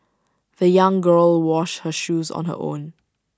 the young girl washed her shoes on her own